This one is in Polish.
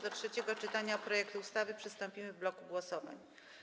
Do trzeciego czytania projektu ustawy przystąpimy w bloku głosowań.